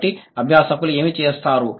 కాబట్టి అభ్యాసకులు ఏమి చేస్తారు